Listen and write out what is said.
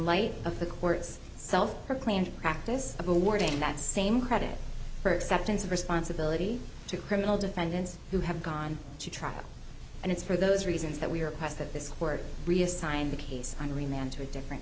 light of the court's self proclaimed practice of awarding that same credit for acceptance of responsibility to criminal defendants who have gone to trial and it's for those reasons that we are past that this court reassigned the case hungry man to a different